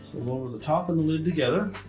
lower the top and the lid together.